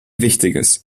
wichtiges